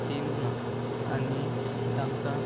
कीम ना आनी तांकां